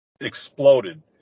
exploded